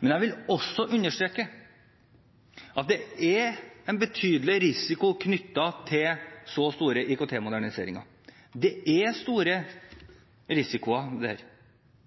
Jeg vil også understreke at det er en betydelig risiko knyttet til så store IKT-moderniseringer. Det er store risikoer der, og vi kan aldri planlegge oss unna enhver form for risiko. Det